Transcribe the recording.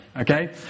Okay